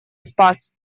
спас